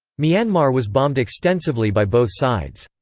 myanmar was bombed extensively by both sides.